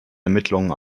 ermittlungen